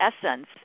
essence